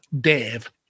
Dave